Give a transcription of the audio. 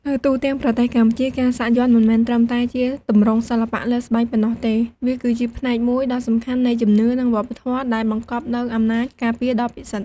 នៅទូទាំងប្រទេសកម្ពុជា ការសាក់យ័ន្តមិនមែនត្រឹមតែជាទម្រង់សិល្បៈលើស្បែកប៉ុណ្ណោះទេ វាគឺជាផ្នែកមួយដ៏សំខាន់នៃជំនឿ និងវប្បធម៌ ដែលបង្កប់នូវអំណាចការពារដ៏ពិសិដ្ឋ។